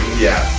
yeah.